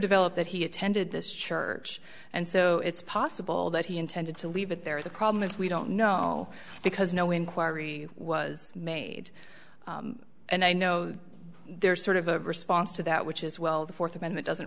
developed that he attended this church and so it's possible that he intended to leave it there the problem is we don't know because no inquiry was made and i know that there's sort of a response to that which is well the fourth amendment doesn't